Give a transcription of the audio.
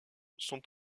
sont